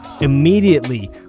immediately